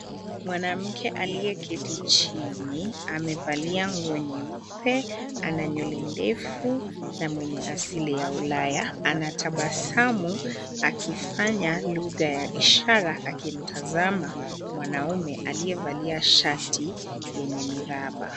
Mwanamke aliyeketi chini, amevalia nguo nyeupe, ana nywele ndefu na mwenye asili ya ulaya. Anatabasamu akifanya lugha ya ishara akimtazama mwanaume aliyevalia shati yenye miraba.